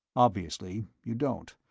obviously, you don't.